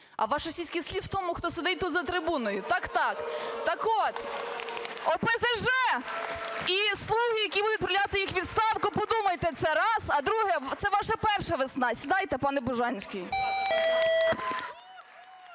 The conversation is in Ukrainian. А ваш російський слід в тому, хто сидить тут за трибуною. Так-так! Так от, ОПЗЖ і "слуги", які будуть відправляти їх у відставку, подумайте, це раз. А друге - це ваша перша весна. Сідайте, пане Бужанський!